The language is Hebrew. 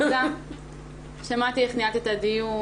גם שמעתי איך ניהלת את הדיון,